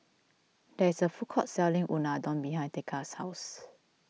there is a food court selling Unadon behind thekla's house